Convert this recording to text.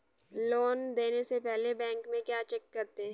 Loan देने से पहले बैंक में क्या चेक करते हैं?